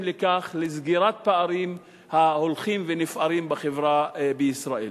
לסגירת פערים ההולכים ונפערים בחברה בישראל.